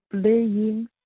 playing